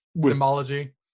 symbology